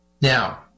Now